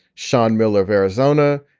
sean miller of arizona,